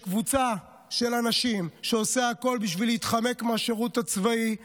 יש קבוצה של אנשים שעושה הכול בשביל להתחמק מהשירות הצבאי,